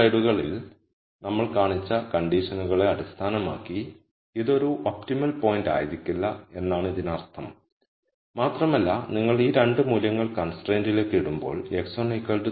രണ്ട് സ്ലൈഡുകളിൽ നമ്മൾ കാണിച്ച കണ്ടീഷൻകളെ അടിസ്ഥാനമാക്കി ഇത് ഒരു ഒപ്റ്റിമൽ പോയിന്റ് ആയിരിക്കില്ല എന്നാണ് ഇതിനർത്ഥം മാത്രമല്ല നിങ്ങൾ ഈ 2 മൂല്യങ്ങൾ കൺസ്ട്രെയിന്റിലേക്ക് ഇടുമ്പോൾ x13